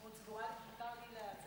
פרוצדורלית מותר לי?